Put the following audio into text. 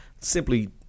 simply